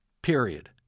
period